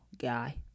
guy